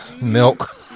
Milk